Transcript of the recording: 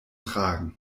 tragen